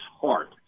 heart